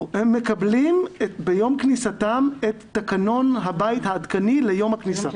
הם מקבלים ביום כניסתם את תקנון הבית העדכני ליום הכניסה.